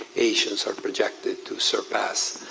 asians are projected to surpass